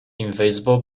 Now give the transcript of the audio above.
invisible